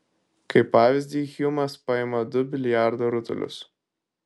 kaip pavyzdį hjumas paima du biliardo rutulius